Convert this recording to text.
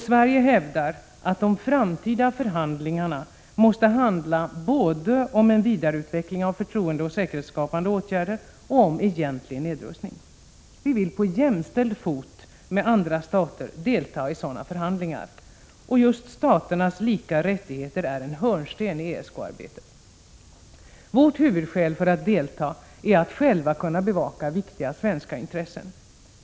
Sverige hävdar att de framtida förhandlingarna måste handla både om en vidareutveckling av de förtroendeoch säkerhetsskapande åtgärderna och om egentlig nedrustning. Vi vill på jämställd fot med andra stater delta i sådana förhandlingar. Just staternas lika rättigheter är en hörnsten i ESK-arbetet. Vårt huvudskäl för att delta är att själva kunna bevaka viktiga svenska intressen.